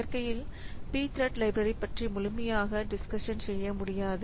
இயற்கையில் Pthread library பற்றி முழுமையாக டிஸ்கஷன் செய்ய முடியாது